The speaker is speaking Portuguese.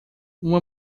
uma